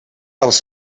els